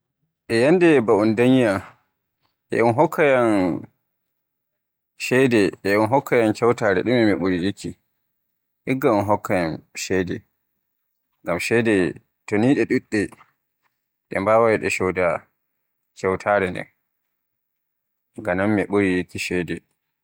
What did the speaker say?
E yannde ba un danyiyan e un hokkayan ceede e un hokkayan kewtaare ɗume mi ɓuri yikki. Igga un hokkayan ceede ngam ceede toy ni ɗe ɗuɗɗe ɗe mbawai cooda kewtaare nden. Ga non mi ɓuri yikki ceede.